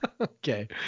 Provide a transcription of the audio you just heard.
okay